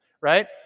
right